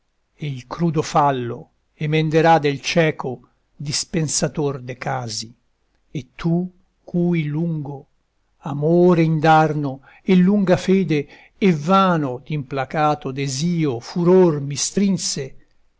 il crudo fallo emenderà del cieco dispensator de casi e tu cui lungo amore indarno e lunga fede e vano d'implacato desio furor mi strinse